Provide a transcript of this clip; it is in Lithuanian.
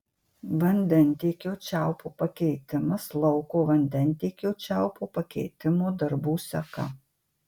vandentiekio čiaupo pakeitimas lauko vandentiekio čiaupo pakeitimo darbų seka